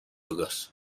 وگاس